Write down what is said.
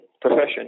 profession